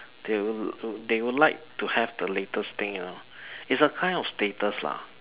they would l~ they would like to have the latest thing lah its a kind of status lah